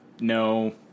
no